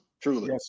truly